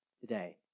today